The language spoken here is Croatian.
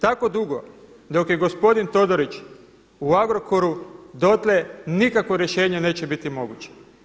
Tako dugo dok je gospodin Todorić u Agrokoru dotle nikakvo rješenje neće biti moguće.